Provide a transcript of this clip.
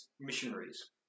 missionaries